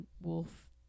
wolf